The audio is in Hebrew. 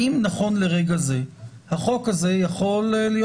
האם נכון לרגע זה החוק הזה יכול להיות